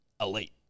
elite